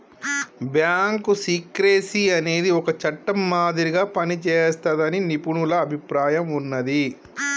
bank secrecy అనేది ఒక చట్టం మాదిరిగా పనిజేస్తాదని నిపుణుల అభిప్రాయం ఉన్నాది